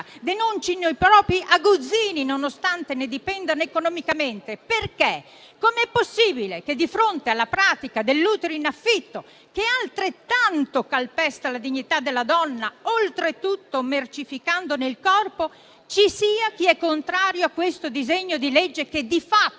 denuncino i propri aguzzini, nonostante ne dipendano economicamente, di fronte alla pratica dell'utero in affitto, che altrettanto calpesta la dignità della donna, oltretutto mercificandone il corpo, ci sia chi è contrario a questo disegno di legge, che di fatto